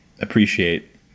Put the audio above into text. appreciate